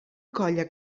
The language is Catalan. colla